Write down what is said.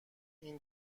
این